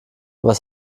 was